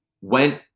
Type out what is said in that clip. went